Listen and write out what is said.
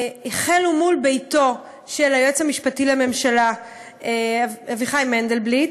החלו מול ביתו של היועץ המשפטי לממשלה אביחי מנדלבליט,